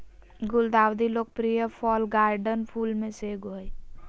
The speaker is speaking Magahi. गुलदाउदी लोकप्रिय फ़ॉल गार्डन फूल में से एगो हइ